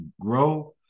grow